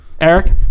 Eric